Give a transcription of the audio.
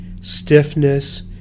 stiffness